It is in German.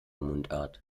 mundart